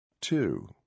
Two